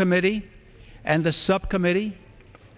committee and the subcommittee